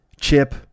Chip